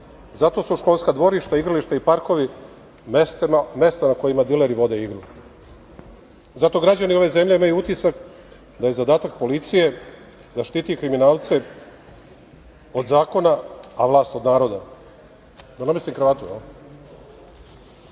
Zato su školska dvorišta, igrališta i parkovi mesta na kojima dileri vode igru. Zato građani ove zemlje imaju utisak da je zadatak policije da štiti kriminalce od zakona, a vlast od naroda. Da namestim kravatu?